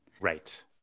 Right